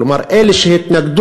כלומר, אלה שהתנגדו